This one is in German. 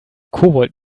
kobold